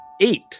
eight